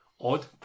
odd